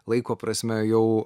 laiko prasme jau